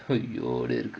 !aiyo!